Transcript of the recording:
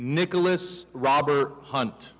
nicholas robert hunt